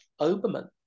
Oberman